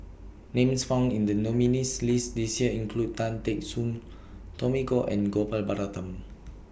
Names found in The nominees' list This Year include Tan Teck Soon Tommy Koh and Gopal Baratham